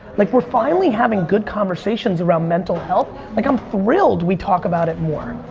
like, we're finally having good conversations around mental health. like i'm thrilled we talk about it more.